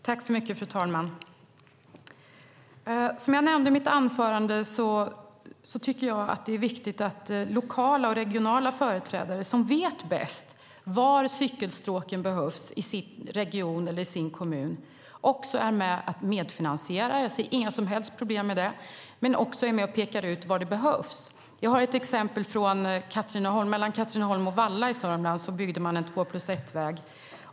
Fru talman! Som jag nämnde i mitt anförande tycker jag att det är viktigt att lokala och regionala företrädare, som vet bäst var cykelstråken behövs i deras region eller i deras kommun, också är med och finansierar. Jag ser inga som helst problem med det. Men de ska också vara med och peka ut var stråken behövs. Jag har ett exempel. Mellan Katrineholm och Valla i Sörmland byggde man en två-plus-ett-väg.